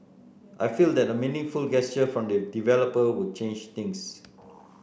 I feel that a meaningful gesture from the developer would change things